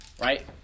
right